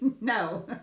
no